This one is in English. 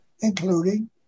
including